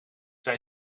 zij